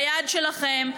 ביד שלכם.